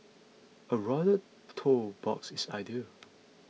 a rounded toe box is ideal